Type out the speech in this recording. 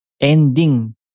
ending